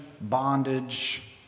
bondage